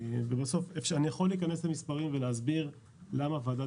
ובסוף אני יכול להיכנס למספרים ולהסביר למה ועדת